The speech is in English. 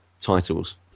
titles